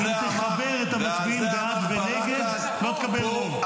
אם תחבר את המצביעים בעד ונגד לא תקבל רוב.